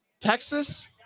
Texas